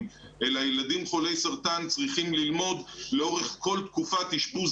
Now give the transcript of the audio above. אלא ילדים חולי סרטן צריכים ללמוד לאורך כל תקופת אשפוז